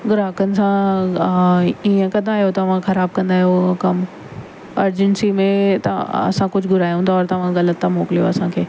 ग्राहकनि सां हीअं कंदा आहियो तव्हां ख़राबु कंदा आहियो कमु अर्जेंसी में तव्हां असां कुझु घुरायूं था और तव्हां ग़लति था मोकिलियो असांखे